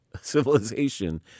civilization